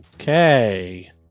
Okay